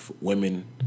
Women